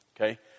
Okay